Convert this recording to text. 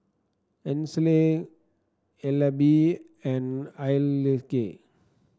Ainsley Elby and Hayleigh